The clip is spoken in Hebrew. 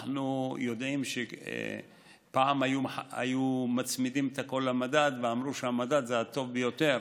אנחנו יודעים שפעם היו מצמידים את הכול למדד ואמרו שהמדד זה הטוב ביותר,